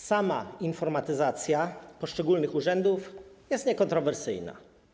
Sama informatyzacja poszczególnych urzędów jest niekontrowersyjna.